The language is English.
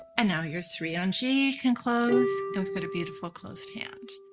and now your three on g can close and we've but beautiful closed hand.